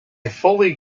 fully